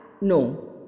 No